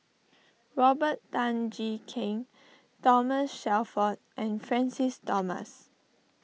Robert Tan Jee Keng Thomas Shelford and Francis Thomas